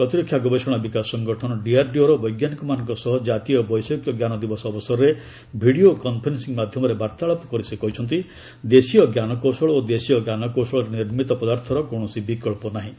ପ୍ରତିରକ୍ଷା ଗବେଷଣା ବିକାଶ ସଂଗଠନ ଡିଆର୍ଡିଓର ବୈଜ୍ଞାନିକମାନଙ୍କ ସହ ଜାତୀୟ ବୈଷୟିକଜ୍ଞାନ ଦିବସ ଅବସରରେ ଭିଡ଼ିଓ କନଫରେନ୍ସିଂ ମାଧ୍ୟମରେ ବାର୍ତ୍ତାଳାପ କରି ସେ କହିଛନ୍ତି ଦେଶୀୟ ଜ୍ଞାନକୌଶଳ ଓ ଦେଶୀୟ ଜ୍ଞାନକୌଶଳରେ ନିର୍ମିତ ପଦାର୍ଥର କୌଣସି ବିକ୍ସ ନାହିଁ